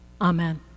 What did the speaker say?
Amen